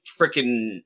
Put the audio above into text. freaking